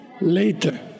later